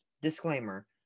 disclaimer